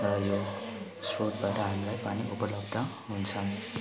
र यो स्रोतबाट हामीलाई पानी उपलब्ध हुन्छ